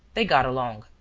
they got along.